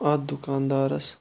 اَتھ دُکانٛدارَس